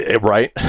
right